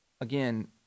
again